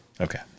okay